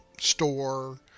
store